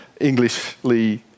Englishly